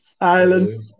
Island